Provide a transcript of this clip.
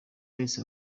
bahise